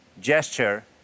gesture